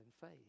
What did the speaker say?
faith